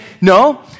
no